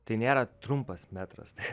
tai nėra trumpas metras tai